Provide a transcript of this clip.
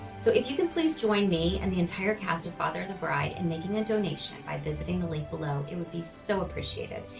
so, if you can please join me and the entire cast of father of the bride and making a donation by visiting the link below, it would be so appreciated.